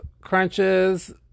Crunches